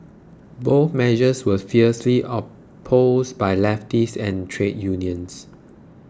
both measures were fiercely opposed by leftists and trade unions